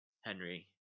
Henry